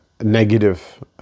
negative